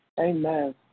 Amen